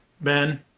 Ben